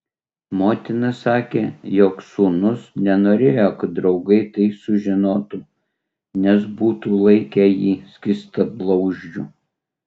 motina sakė jog sūnus nenorėjo kad draugai tai sužinotų nes būtų laikę jį skystablauzdžiu